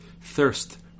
Thirst